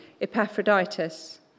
Epaphroditus